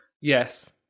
Yes